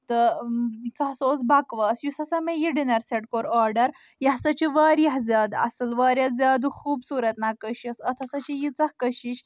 تہٕ سُہ ہسا اوس بکواس یُس ہسا مےٚ یہِ ڈِنر سیٚٹ کوٚر آڈر یہِ ہسا چھُ واریاہ زیادٕ اصٕل واریاہ زیادٕ خوٗبصوٗرت نقٲشی ٲس اتھ ہسا چھِ ییٖژاہ کٔشش